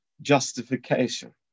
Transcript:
justification